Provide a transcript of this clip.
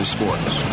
Sports